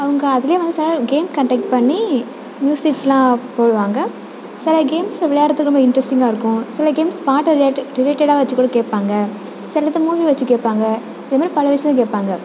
அவங்க அதிலே வந்து சில நேரம் கேம் கன்டெக்ட் பண்ணி மியூசிக்ஸெலாம் போடுவாங்க சில கேம்ஸ்சில் விளையாடுறத்துக்கு ரொம்ப இன்ட்ரெஸ்டிங்காக இருக்கும் சில கேம்ஸ் பாட்டை ரியாக்ட்டு ரிலேட்டடாக வெச்சு கூட கேட்பாங்க சில இடத்தில் மூவி வெச்சு கேட்பாங்க இது மாதிரி பல விஷயம் கேட்பாங்க